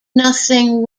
nothing